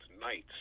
nights